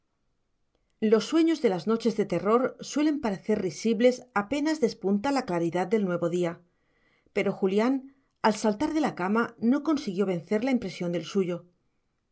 los sueños de las noches de terror suelen parecer risibles apenas despunta la claridad del nuevo día pero julián al saltar de la cama no consiguió vencer la impresión del suyo